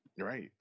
Right